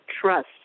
trust